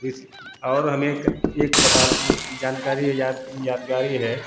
इस और हमें एक एक पता भी है जानकारी है याद जानकारी है